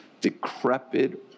decrepit